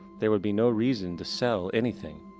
there would be no reason to sell anything.